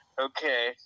Okay